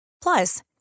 Plus